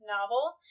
novel